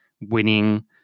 winning